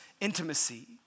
intimacy